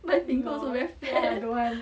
my finger also very fat